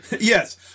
Yes